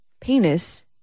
penis